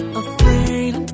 afraid